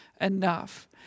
enough